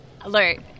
alert